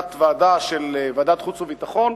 תת-ועדה של ועדת החוץ והביטחון,